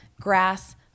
grass